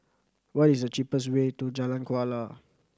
what is the cheapest way to Jalan Kuala